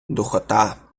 духота